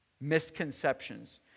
Misconceptions